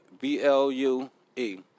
B-L-U-E